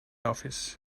office